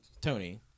Tony